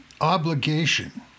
obligation